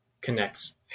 connects